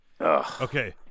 Okay